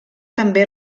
també